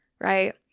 right